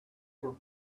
were